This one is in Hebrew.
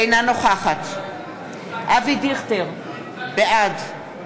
אינה נוכחת אבי דיכטר, בעד